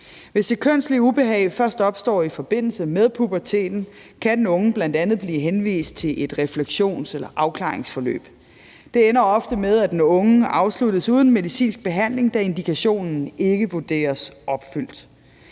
Hvis det kønslige ubehag først opstår i forbindelse med puberteten, kan den unge bl.a. blive henvist til et refleksions- eller afklaringsforløb. Det ender ofte med, at den unges forløb afsluttes uden medicinsk behandling, da indikationen ikke vurderes opfyldt.